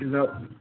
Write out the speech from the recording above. up